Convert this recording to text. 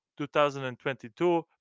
2022